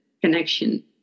connection